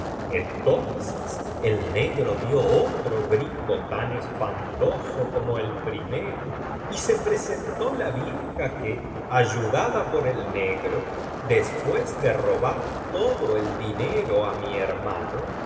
entonces el negro dio otro grito tan espantoso como el primero y se presentó la vieja que ayudada por el negro después de robar todo el dinero á mi hermano